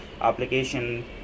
application